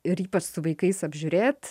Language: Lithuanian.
ir ypač su vaikais apžiūrėt